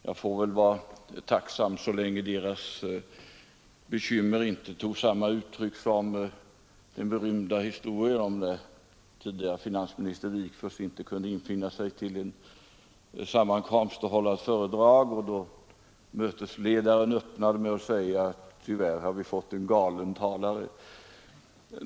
Jag får väl vara tacksam så länge deras bekymmer inte tar sig samma uttryck som i den berömda historien om när finansminister Wigforss inte kunde infinna sig till en sammankomst för att hålla ett föredrag och mötesledaren öppnade med att säga: Tyvärr har vi fått en galen talare.